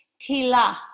Tila